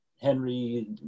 Henry